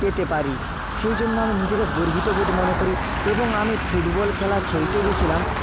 পেতে পারি সেই জন্য আমি নিজেকে গর্বিত বোধ মনে করি এবং আমি ফুটবল খেলা খেলতে গিয়েছিলাম